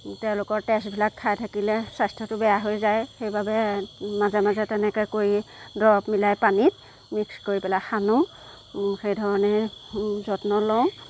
তেওঁলোকৰ তেজবিলাক খাই থাকিলে স্বাস্থ্যটো বেয়া হৈ যায় সেইবাবে মাজে মাজে তেনেকৈ কৰি দৰৱ মিলাই পানীত মিক্স কৰি পেলাই সানো সেইধৰণে যত্ন লওঁ